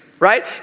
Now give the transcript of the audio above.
right